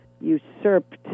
usurped